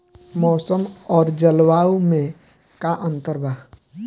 मौसम और जलवायु में का अंतर बा?